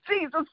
Jesus